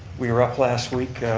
we were up last week,